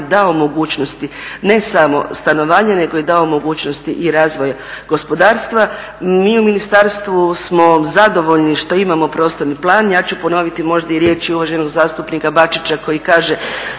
dao mogućnosti ne samo stanovanja nego je dao mogućnosti i razvoja gospodarstva. Mi u ministarstvu smo zadovoljni što imamo prostorni plan. Ja ću ponoviti možda i riječi uvaženog zastupnika Bačića koji kaže